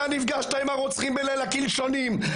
אתה נפגשת עם הרוצחים בליל הקלשונים,